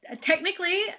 technically